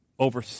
Over